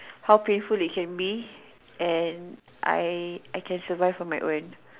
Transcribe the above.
how painful it can be and I I can survive on my own